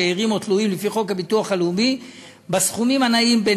שאירים או תלויים לפי חוק הביטוח הלאומי בסכומים הנעים בין